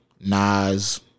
Nas